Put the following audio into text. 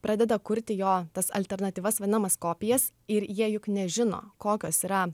pradeda kurti jo tas alternatyvas vadinamas kopijas ir jie juk nežino kokios yra